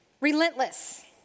relentless